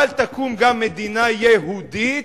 אבל תקום גם מדינה יהודית,